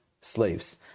slaves